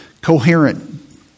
coherent